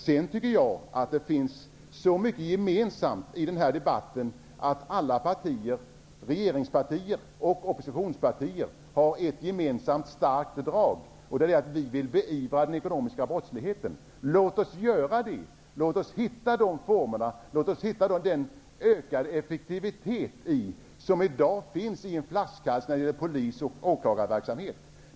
Jag tycker att det finns ett starkt gemensamt drag i debatten hos alla partier, regeringspartierna och oppositionspartierna, och det är att vi vill beivra den ekonomiska brottsligheten. Låt oss göra det. Låt oss hitta formerna och försöka få ökad effektivitet. I dag finns en flaskhals i polis och åklagarverksamheten.